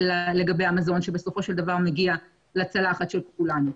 לגבי המזון שבסופו של דבר מגיע לצלחת של כולנו.